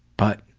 but